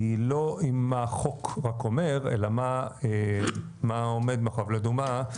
היא לא מה החוק רק אומר אלא מה עומד מאחוריו.